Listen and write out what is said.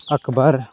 ᱟᱠᱵᱚᱨ